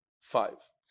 five